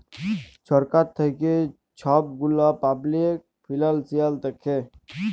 ছরকার থ্যাইকে ছব গুলা পাবলিক ফিল্যাল্স দ্যাখে